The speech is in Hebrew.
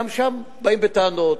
שגם שם באים בטענות.